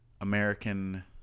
American